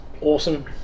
awesome